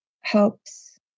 helps